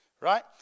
right